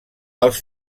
els